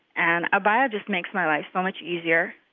an abaya just makes my life so much easier.